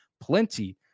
plenty